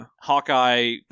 hawkeye